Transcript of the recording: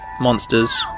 monsters